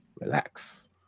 relax